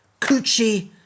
coochie